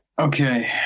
Okay